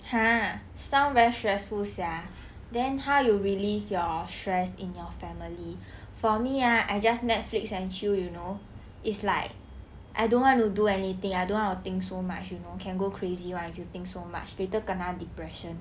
!huh! sound very stressful sia then how you relieve your stress in your family for me ah I just netflix and chill you know it's like I don't want to do anything I don't want to think so much you know can go crazy one if you think so much later kena depression